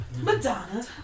Madonna